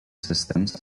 systems